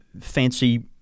fancy –